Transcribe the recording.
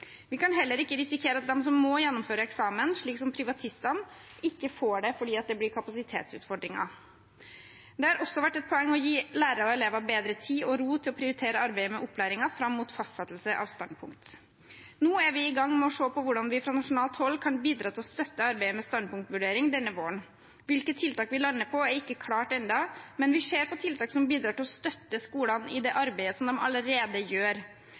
Vi kan heller ikke risikere at de som må gjennomføre eksamen, slik som privatistene, ikke får det fordi det blir kapasitetsutfordringer. Det har også vært et poeng å gi lærere og elever bedre tid og ro til å prioritere arbeidet med opplæringen fram mot fastsettelse av standpunkt. Nå er vi i gang med å se på hvordan vi fra nasjonalt hold kan bidra til å støtte arbeidet med standpunktvurdering denne våren. Hvilke tiltak vi lander på, er ikke klart ennå, men vi ser på tiltak som bidrar til å støtte skolene i det arbeidet som de allerede gjør.